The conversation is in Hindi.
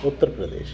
उत्तर प्रदेश